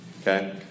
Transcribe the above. okay